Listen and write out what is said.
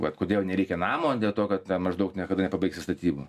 vat kodėl nereikia namo dėl to kad na maždaug niekada nepabaigsi statybų